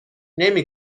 نمی